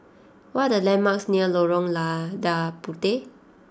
what are the landmarks near Lorong Lada Puteh